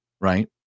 Right